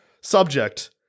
Subject